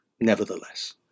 Nevertheless